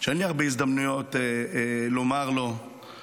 שאין לי הרבה הזדמנויות לומר לו תודה,